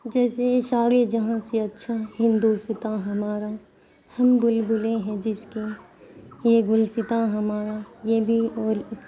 جیسے سارے جہاں سے اچھا ہندوستاں ہمارا ہم بلبلیں ہیں جس کی یہ گلستاں ہمارا یہ بھی اول